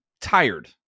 tired